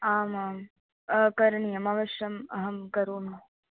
आम् आम् करणीयम् अवश्यम् अहं करोमि